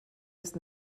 ist